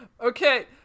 Okay